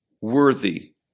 worthy